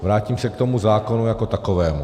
Vrátím se k tomu zákonu jako takovému.